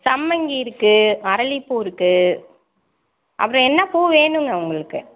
சம்மங்கி இருக்குது அரளி பூ இருக்குது அப்புறம் என்ன பூ வேணுங்க உங்களுக்கு